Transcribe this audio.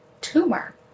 tumor